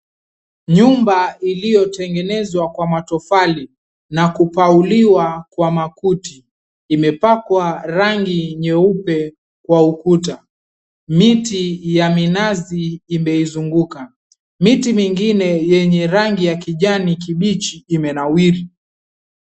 Nyumba iliyotengenezwa kwa matofali, na kupauliwa kwa makuti, imepakwa rangi nyeupe kwa ukuta. Miti ya minazi imeizunguka. Miti mingine yenye rangi ya kijani kibichi imenawiri.